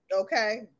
Okay